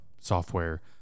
software